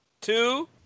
Two